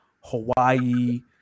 Hawaii